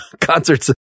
concerts